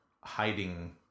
hiding